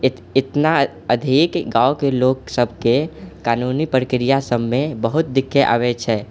एतना अधिक गाँवके लोग सबके कानूनी प्रक्रिया सबमे बहुत दिक्कत आबै छै